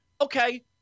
okay